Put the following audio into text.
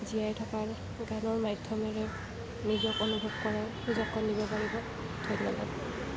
জীয়াই থকাৰ গানৰ মাধ্য়মেৰে নিজক অনুভৱ কৰাৰ সুযোগ কণ দিব পাৰিব ধন্যবাদ